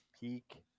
PEAK